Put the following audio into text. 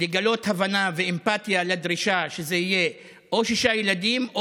לגלות הבנה ואמפתיה לדרישה שזה יהיה או שישה ילדים או,